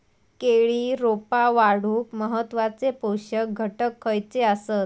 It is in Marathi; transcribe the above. केळी रोपा वाढूक महत्वाचे पोषक घटक खयचे आसत?